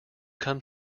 come